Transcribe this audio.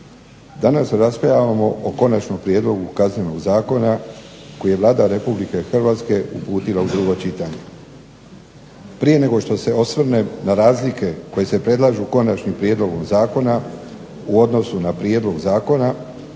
Danas raspravljamo o Konačnom prijedlogu Kaznenog zakona koji je Vlada Republike Hrvatske uputila u drugo čitanje. Prije nego što se osvrnem na razlike koje se predlažu konačnim prijedlogom zakona u odnosu na prijedlog zakona